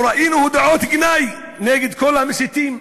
לא ראינו הודעות גנאי נגד כל המסיתים,